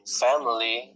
family